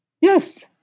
Yes